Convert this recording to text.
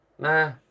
Nah